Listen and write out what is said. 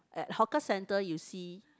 at hawker center you see